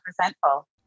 resentful